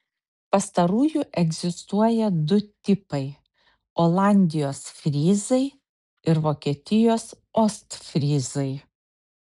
pastarųjų egzistuoja du tipai olandijos fryzai ir vokietijos ostfryzai